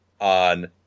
on